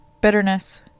Bitterness